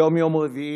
היום יום רביעי,